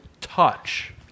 touch